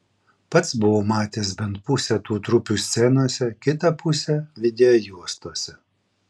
pats buvau matęs bent pusę tų trupių scenose kitą pusę videojuostose